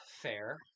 fair